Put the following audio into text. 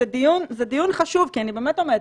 זה דיון חשוב, כי אני באמת אומרת.